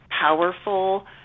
powerful